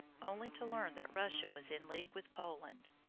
only to learn that russia was in league with poland.